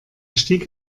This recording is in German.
stieg